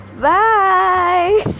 Bye